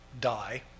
die